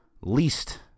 least